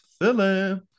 Philip